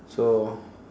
so